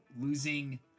losing